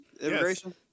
immigration